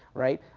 right.